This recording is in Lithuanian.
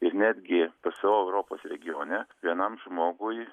ir netgi pso europos regione vienam žmogui